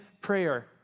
prayer